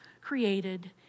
created